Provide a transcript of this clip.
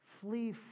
flee